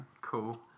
cool